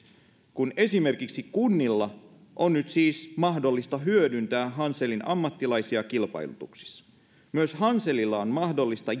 kun esimerkiksi kunnilla on nyt siis mahdollista hyödyntää hanselin ammattilaisia kilpailutuksissa myös hanselilla on mahdollista